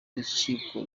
urukiko